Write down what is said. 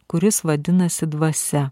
kuris vadinasi dvasia